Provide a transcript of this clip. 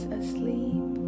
asleep